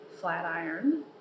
Flatiron